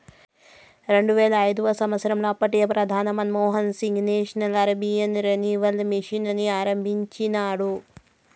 రెండువేల ఐదవ సంవచ్చరంలో అప్పటి ప్రధాని Manmohan Singh national urban renewal mission ని ఆరంభించినాడు